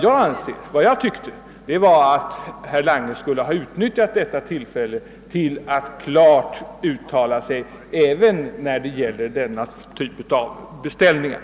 Jag anser emellertid att herr Lange skulle ha kunnat utnyttja tillfället till att klart uttala sig även när det gäller den i dagens fråga berörda typen av beställningar.